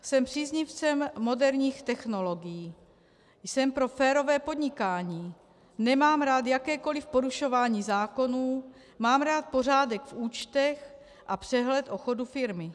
Jsem příznivcem moderních technologií, jsem pro férové podnikání, nemám rád jakékoli porušování zákonů, mám rád pořádek v účtech a přehled o chodu firmy.